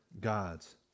God's